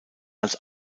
als